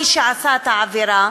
מי שעשה את העבירה,